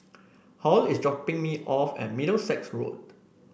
Hall is dropping me off at Middlesex Road